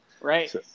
right